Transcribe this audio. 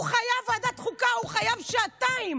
הוא חייב ועדת חוקה, הוא חייב שעתיים.